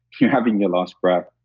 you're having your last breath.